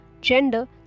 gender